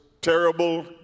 terrible